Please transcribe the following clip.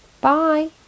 Bye